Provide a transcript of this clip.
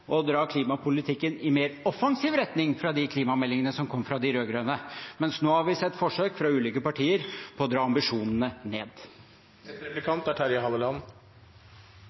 dra klimapolitikken i mer offensiv retning i forhold til de klimameldingene som har kommet fra de rød-grønne. Mens nå har vi sett forsøk, fra ulike partier, på å dra ambisjonene ned.